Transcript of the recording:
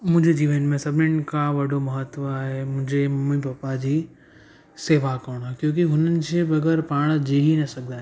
मुंहिंजे जीवन में सभिनीनि खां वॾो महत्व आए मुजे मम्मी पप्पा जी शेवा करणु क्योकी हुननि जे बग़ैरि पाण जीउ ई न सघंदा आहियूं